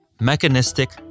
mechanistic